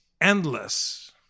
endless